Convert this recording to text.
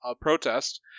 protest